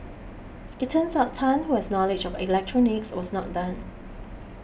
it turns out Tan who has knowledge of electronics was not done